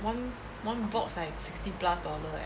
one one box like sixty plus dollar eh